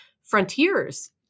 frontiers